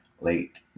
late